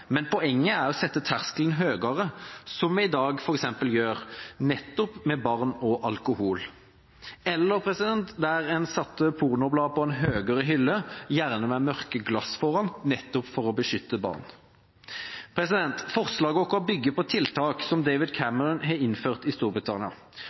men poenget er å sette terskelen høyere, som vi i dag f.eks. gjør nettopp med barn og alkohol, eller at en setter pornoblader på en hylle høyere oppe, gjerne med mørke glass foran, nettopp for å beskytte barn. Forslaget vårt bygger på tiltak som